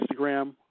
Instagram